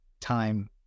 time